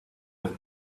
have